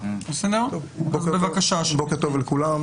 שכוללת בעניין הזה גם את המשפחה שלהם,